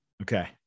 Okay